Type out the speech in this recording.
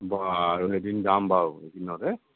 বাৰু এদিন যাম বাৰু এদিনৰ বাবে